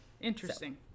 Interesting